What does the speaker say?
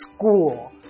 school